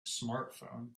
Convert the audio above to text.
smartphone